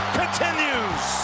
continues